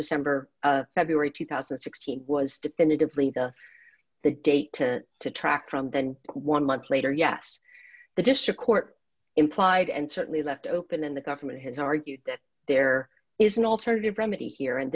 december february two thousand and sixteen was definitively the date to track from then one month later yes the district court implied and certainly left open in the government has argued that there is an alternative remedy here and